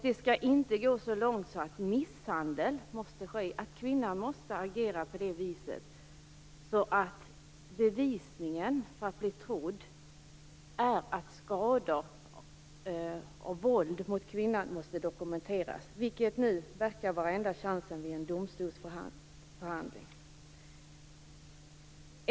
Det skall inte gå så långt att misshandel måste ha skett. Kvinnan skall inte behöva uppvisa dokumenterade skador av våld som bevis för att bli trodd. Det verkar nu vara enda chansen vid en domstolsförhandling.